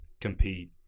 Compete